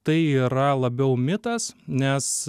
tai yra labiau mitas nes